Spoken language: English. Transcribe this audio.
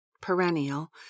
Perennial